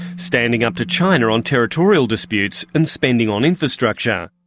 standing up to china on territorial disputes, and spending on infrastructure.